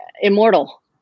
immortal